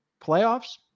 playoffs